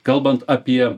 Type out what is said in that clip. kalbant apie